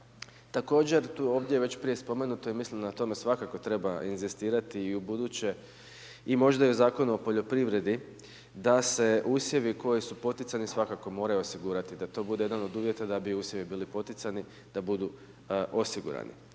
Također ovdje je već prije spomenuto i mislim da na tome svakako treba inzistirati i ubuduće i možda i u Zakonu o poljoprivredi da se usjevi koji su poticani svakako moraju osigurati i da to bude jedan od uvjeta da bi usjevi bili poticani, da budu osigurani.